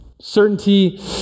Certainty